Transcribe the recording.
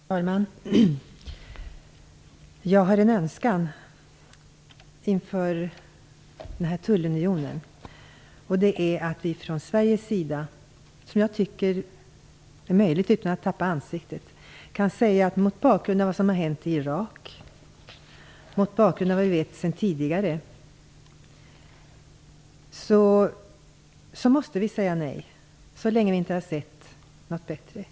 Herr talman! Jag har en önskan inför den här tullunionen, och det är att vi från Sveriges sida kan säga - jag tycker att det är möjligt utan att vi tappar ansiktet - att vi mot bakgrund av vad som hänt i Irak och vad vi vet sedan tidigare måste säga nej, så länge vi inte har sett någon bättring.